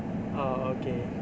uh okay